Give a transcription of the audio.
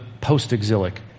post-exilic